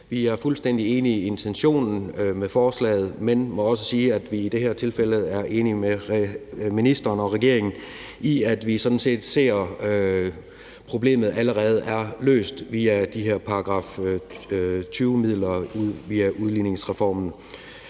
Vi er fuldstændig enige i intentionen med forslaget, men vi må også sige, at vi i det her tilfælde er enige med ministeren og regeringen i, at vi sådan set ser, at problemet allerede er løst via de her § 20-midler via udligningsreformen.